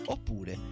Oppure